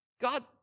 God